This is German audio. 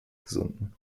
gesunken